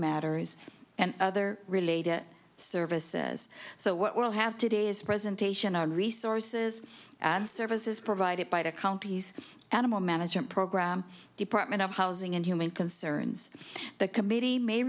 matters and other related services so we'll have today's presentation on resources and services provided by the county's animal management program department of housing and human concerns the committee may